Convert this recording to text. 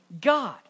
God